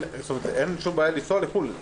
אין שום בעיה לנסוע לחו"ל.